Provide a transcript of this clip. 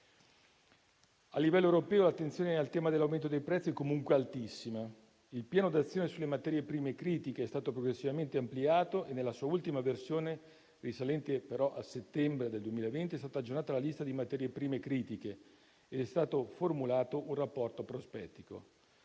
A livello europeo l'attenzione al tema dell'aumento dei prezzi è comunque altissima. Il Piano di azione sulle materie prime critiche è stato progressivamente ampliato e nella sua ultima versione, risalente però a settembre 2020, è stata aggiornata la lista di materie prime critiche ed è stato formulato un rapporto prospettico.